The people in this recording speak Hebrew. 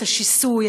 את השיסוי,